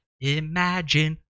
Imagine